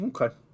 okay